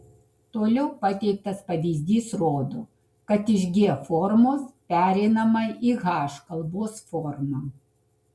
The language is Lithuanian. toliau pateiktas pavyzdys rodo kad iš g formos pereinama į h kalbos formą